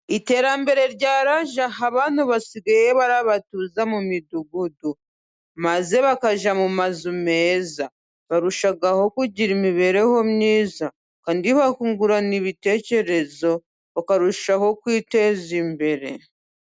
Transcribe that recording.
Iterambere ryaraje aho abantu basigaye babatuza mu Midugudu, maze bakajya mu mazu meza. Barushaho kugira imibereho myiza kandi bakungurana ibitekerezo, bakarushaho kwiteza imbere.